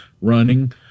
running